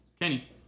Kenny